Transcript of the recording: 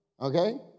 okay